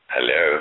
Hello